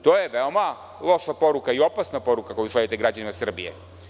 To je veoma loša poruka i opasna poruka koju šaljete građanima Srbije.